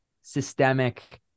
systemic